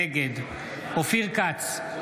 נגד אופיר כץ,